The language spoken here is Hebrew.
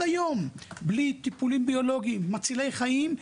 היום בלי טיפולים ביולוגיים מצילי חיים,